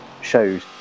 shows